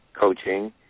coaching